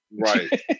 Right